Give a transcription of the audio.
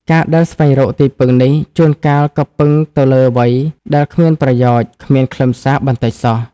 ការដែលស្វែងរកទីពឹងនេះ ជួនកាលក៏ពឹងទៅលើអ្វីដែលគ្មានផលប្រយោជន៍គ្មានខ្លឹមសារបន្តិចសោះ ។